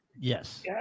Yes